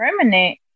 permanent